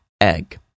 egg